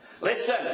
Listen